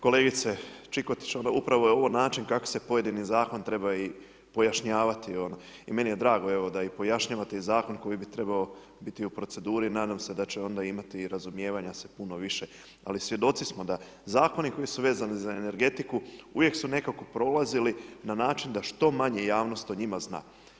Kolegice Čikotić, upravo je ovo način kako se pojedini Zakon treba i pojašnjavati ono, i meni je drago evo da ih pojašnjavate, Zakon koji bi trebao biti u proceduri i nadam se da će onda imati i razumijevanja se puno više, ali svjedoci smo da Zakoni koji su vezani za energetiku, uvijek su nekako prolazili na način da što manje javnost o njima zna.